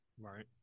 Right